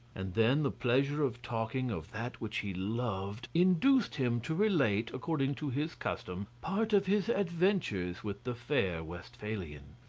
and then the pleasure of talking of that which he loved induced him to relate, according to his custom, part of his adventures with the fair westphalian.